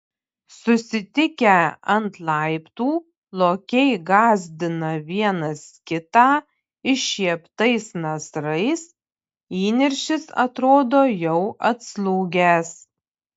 susitikę ant laiptų lokiai gąsdina vienas kitą iššieptais nasrais įniršis atrodo jau atslūgęs